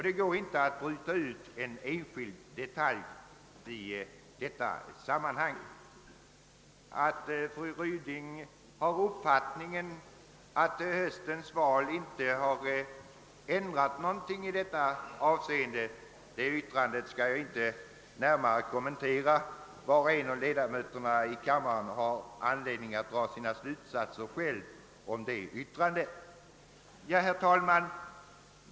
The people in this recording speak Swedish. Det går inte att bryta ut en enskild detalj i detta sammanhang. Fru Ryding har den uppfattningen att höstens val inte har ändrat någonting i detta avseende. Det yttrandet skall jag inte närmare kommentera. Var och en av ledamöterna i kammaren har anledning att själv dra sina slutsatser om detta uttalande. Herr talman!